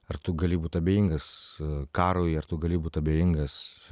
ar tu gali būt abejingas karui ar tu gali būt abejingas